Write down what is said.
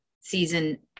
season